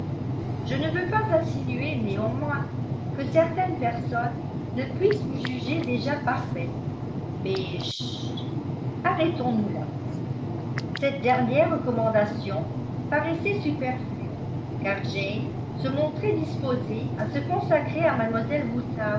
je ne veux pas insinuer néanmoins que certaines personnes ne puissent vous juger déjà parfaite mais chut arrêtons-nous là cette dernière recommandation paraissait superflue car jane se montrait disposée à se consacrer à